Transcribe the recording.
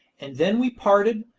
and then we parted,